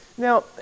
Now